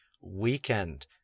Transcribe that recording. weekend